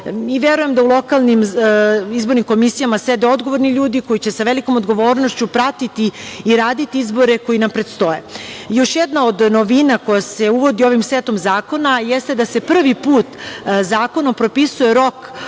Verujem da u lokalnim izbornim komisijama sede odgovorni ljudi, koji će sa velikom odgovornošću pratiti i raditi izbore koji nam predstoje. Još jedna od novina koja se uvodi ovim setom zakona jeste da se prvi put zakonom propisuje rok